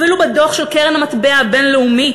אפילו בדוח של קרן המטבע הבין-לאומית,